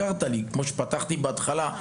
בדיוק הזכרת לי את הנושא שאיתו פתחתי את דבריי בהתחלה,